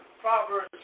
Proverbs